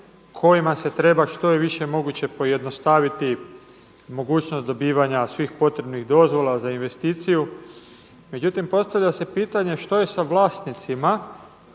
kojima se treba što je više moguće pojednostaviti mogućnost dobivanja svih potrebnih dozvola za investiciju. Međutim, postavlja se pitanje što je sa vlasnicima